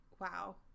wow